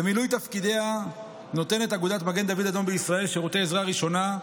במילוי תפקידיה נותנת אגודת מגן דוד אדום בישראל שירותי עזרה ראשונה,